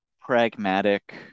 pragmatic